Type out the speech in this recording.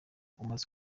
umaze